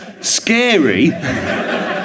scary